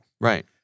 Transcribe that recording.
Right